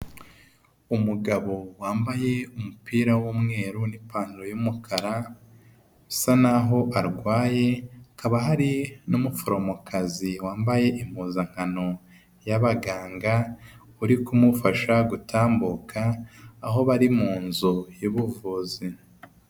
Umugabo wambaye umupira w'umweru n'ipantaro y' yumukara, usa naho arwaye hakaba hari n'umuforomokazi wambaye impuzankano y'abaganga, uri kumufasha gutambuka aho bari mu nzu y'ubuvuzi.